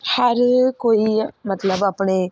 ਹਰ ਕੋਈ ਮਤਲਬ ਆਪਣੇ